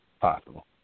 possible